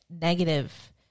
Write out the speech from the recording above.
negative